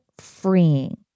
freeing